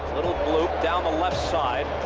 bloop down the left side.